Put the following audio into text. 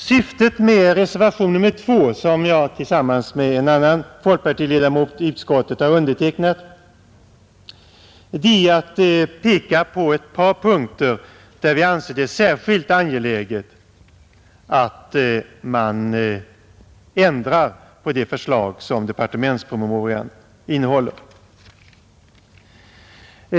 Syftet med reservationen 2, som jag tillsammans med en annan folkpartiledamot i utskottet har undertecknat, är att peka på ett par punkter där vi anser det särskilt angeläget att man ändrar på det förslag som departementspromemorian innehåller.